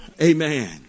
Amen